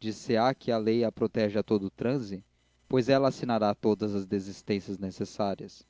dir se á que a lei a protege a todo transe pois ela assinará todas as desistências necessárias